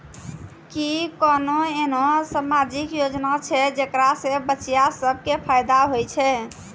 कि कोनो एहनो समाजिक योजना छै जेकरा से बचिया सभ के फायदा होय छै?